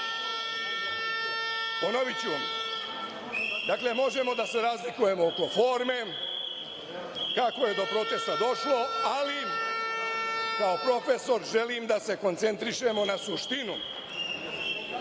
Ponoviću vam. Dakle, možemo da se razlikujemo oko forme, kako je do protesta došlo, ali kao profesor želim da se koncentrišemo na suštinu